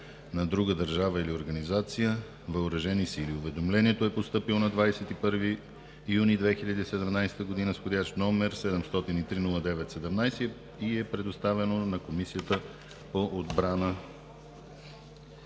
на друга държава или организация, Въоръжени сили. Уведомлението е постъпило на 21 юни 2017г., вх. № 7030917, и е предоставено от Комисията по отбрана.